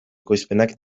ekoizpenak